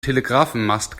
telegrafenmast